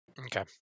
Okay